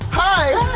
hi.